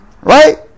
Right